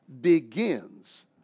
begins